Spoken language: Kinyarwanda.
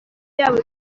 yabo